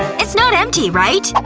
it's not empty, right?